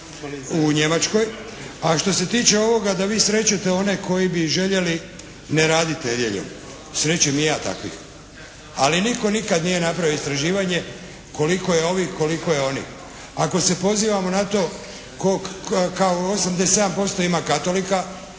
u Njemačkoj. A što se tiče ovoga da vi srećete one koji bi željeli ne raditi nedjeljom, srećem i ja takvih. Ali nitko nikada nije napravio istraživanje koliko je ovih, koliko je onih. Ako se pozivamo na to kao 87% ima Katolika,